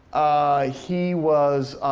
he was